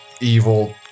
evil